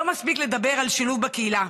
לא מספיק לדבר על שילוב בקהילה,